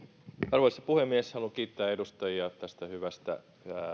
arvoisa puhemies haluan kiittää edustajia tästä hyvästä